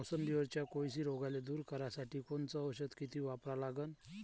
मोसंबीवरच्या कोळशी रोगाले दूर करासाठी कोनचं औषध किती वापरा लागन?